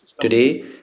Today